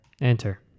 Enter